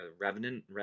revenant